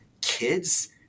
kids